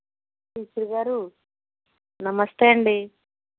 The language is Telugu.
బిత్రి గారు నమస్తే అండి